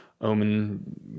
Omen